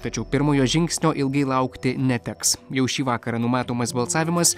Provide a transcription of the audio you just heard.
tačiau pirmojo žingsnio ilgai laukti neteks jau šį vakarą numatomas balsavimas